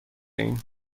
ایم